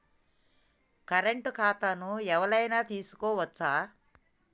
Current ఖాతాను ఎవలైనా తీసుకోవచ్చా?